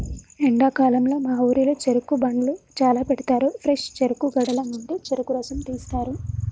ఎండాకాలంలో మా ఊరిలో చెరుకు బండ్లు చాల పెడతారు ఫ్రెష్ చెరుకు గడల నుండి చెరుకు రసం తీస్తారు